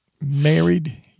married